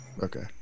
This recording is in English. Okay